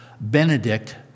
Benedict